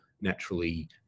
naturally